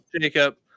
Jacob